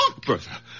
Bertha